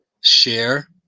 Share